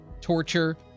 torture